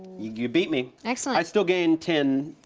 you beat me. excellent. i still gain ten